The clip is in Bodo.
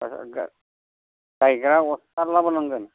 गायग्रा अस्थाद लाबोनांगोन